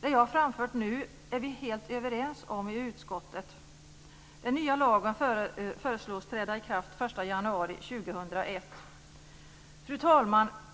Det jag nu framfört är vi helt överens om i utskottet. Fru talman!